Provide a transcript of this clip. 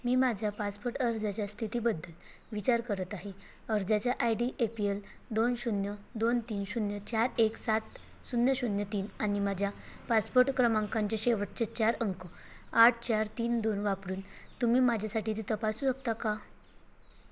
मी माझ्या पासपोर्ट अर्जाच्या स्थितीबद्दल विचार करत आहे अर्जाचा I D A P L दोन शून्य दोन तीन शून्य चार एक सात शून्य शून्य तीन आणि माझ्या पासपोर्ट क्रमांकाचे शेवटचे चार अंक आठ चार तीन दोन वापरून तुम्ही माझ्यासाठी ते तपासू शकता का